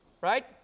right